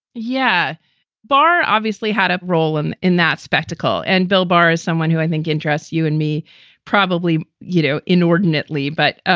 yeah bar obviously had a role and in that spectacle. and bill barr is someone who i think interests you and me probably, you know, inordinately, but.